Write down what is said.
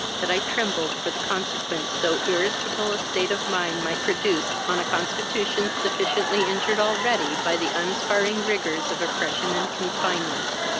that i trembled for the consequence so irritable a state of mind might produce on a constitution sufficiently injured already by the unsparing rigours of oppression and confinement.